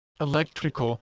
electrical